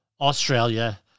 Australia